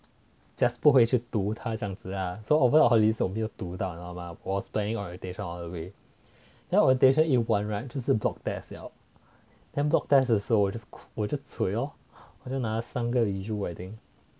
just 不会去读他这样子啊 so over the holiday 我没有读到你知道吗 I was planning orientation all the way then orientation 一完就这是 block test then block test 的时候我就 cui lor 我就拿三个 u I think